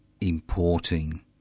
importing